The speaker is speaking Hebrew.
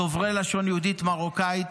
דוברי לשון יהודית מרוקאית,